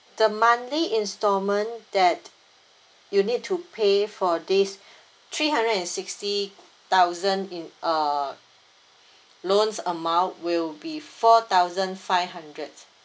the monthly installment that you need to pay for this three hundred and sixty thousand in err loans amount will be four thousand five hundred